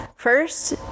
First